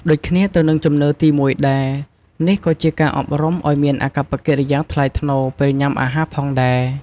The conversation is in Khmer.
ដូចគ្នាទៅនឹងជំនឿទី១ ដែរ នេះក៏ជាការអប់រំឲ្យមានអាកប្បកិរិយាថ្លៃថ្នូរពេលញ៉ាំអាហារផងដែរ។